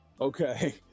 okay